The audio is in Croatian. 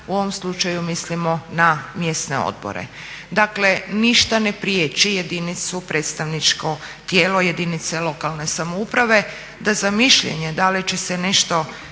u ovom slučaju mislimo na mjesne odbore. Dakle, ništa ne priječi jedinu, predstavničko tijelo jedinice lokalne samouprave da za mišljenje da li će se nešto